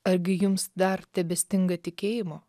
argi jums dar tebestinga tikėjimo